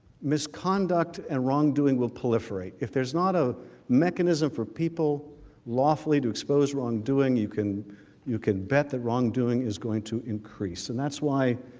misconduct and wrongdoing will push for it if there's not a mechanism for people lawfully disclose wrongdoing you can you can bet the wrongdoing is going to increase and that's why,